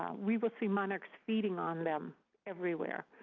um we will see monarchs feeding on them everywhere.